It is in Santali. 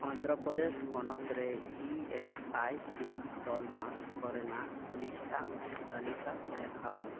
ᱚᱱᱫᱷᱨᱚᱯᱨᱚᱫᱮᱥ ᱯᱚᱱᱚᱛ ᱨᱮ ᱤ ᱮᱥ ᱟᱭ ᱥᱤ ᱛᱟᱞᱢᱟ ᱠᱚᱨᱮᱱᱟᱜ ᱢᱤᱫᱴᱟᱝ ᱛᱟᱞᱤᱠᱟ ᱫᱮᱠᱷᱟᱣ ᱢᱮ